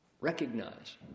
recognize